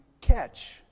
catch